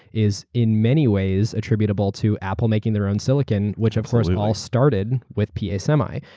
is in many ways attributable to apple making their own silicon which of course all started with p. a. semi.